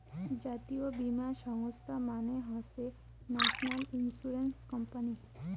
জাতীয় বীমা সংস্থা মানে হসে ন্যাশনাল ইন্সুরেন্স কোম্পানি